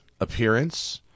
appearance